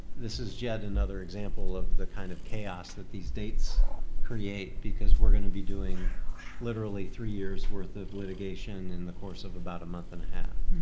this is yet another example of the kind of chaos that these dates create because we're going to be doing literally three years' worth of litigation in the course of about a month and a half.